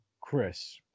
Chris